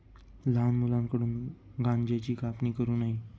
लहान मुलांकडून गांज्याची कापणी करू नये